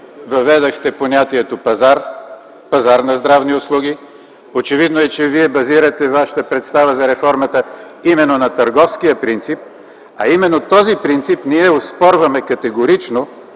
въведохте понятието „пазар”, „пазар на здравни услуги”, очевидно е, че Вие базирате Вашата представа за реформата именно на търговския принцип, а именно този принцип ние оспорваме категорично,